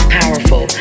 powerful